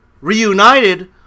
reunited